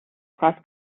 cross